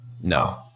No